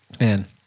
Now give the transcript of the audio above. Man